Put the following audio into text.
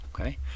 Okay